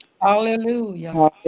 Hallelujah